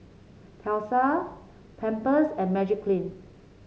Tesla Pampers and Magiclean